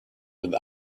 with